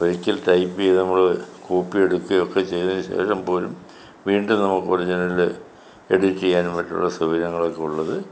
ഒരിക്കൽ ടൈപ്പ് ചെയ്ത് നമ്മൾ കോപ്പി എടുക്കുകയോ ഒക്കെ ചെയ്തതിനു ശേഷം പോലും വീണ്ടും നമ്മക്ക് ഒറിജിനല് എഡിറ്റ് ചെയ്യാനും മറ്റുമുള്ള സൗകര്യങ്ങളൊക്കെ ഉള്ളത്